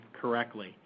correctly